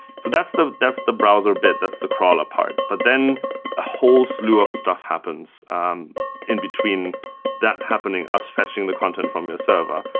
so that's the that's the browser bit. that's the crawler part, but then a whole slew of stuff happens in between that happening, us fetching the content from your server,